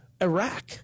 Iraq